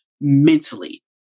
mentally